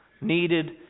needed